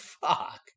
fuck